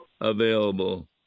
available